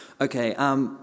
Okay